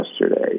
yesterday